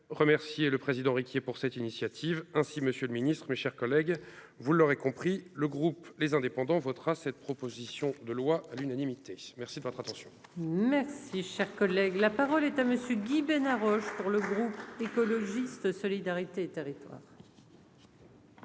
Merci, cher collègue, la parole est à monsieur Guy Bénard Roche pour le groupe écologiste solidarité territoires.